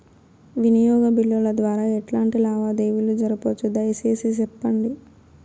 వినియోగ బిల్లుల ద్వారా ఎట్లాంటి లావాదేవీలు జరపొచ్చు, దయసేసి సెప్పండి?